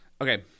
Okay